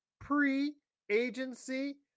pre-agency